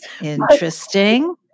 Interesting